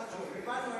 הבנו, הבנו.